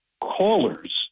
callers